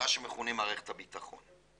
במה שמכונה מערכת הביטחון,